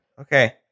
Okay